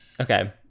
Okay